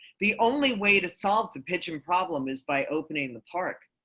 the only way to solve the pitching problem is by opening the park.